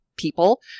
people